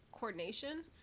coordination